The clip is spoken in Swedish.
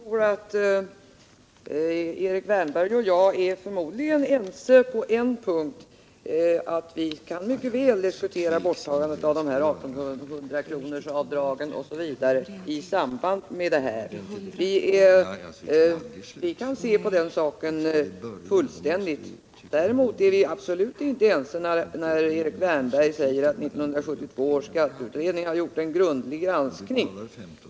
Herr talman! Erik Wärnberg och jag är förmodligen ense på en punkt — vi kan mycket väl diskutera borttagandet av 1 800-kronorsavdragen osv. i samband med den här frågan. Vi kan se på frågan fullständigt. Däremot är vi absolut inte ense när Erik Wärnberg säger att 1972 års skatteutredning har gjort en grundlig granskning.